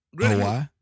Hawaii